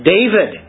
David